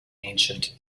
ancient